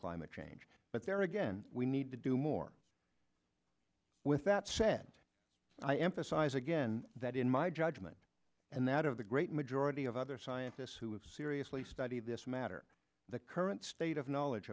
climate ange but there again we need to do more with that said i emphasize again that in my judgment and that of the great majority of other scientists who have seriously studied this matter the current state of knowledge